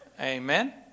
Amen